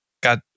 got